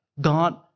God